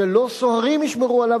שלא סוהרים ישמרו עליו,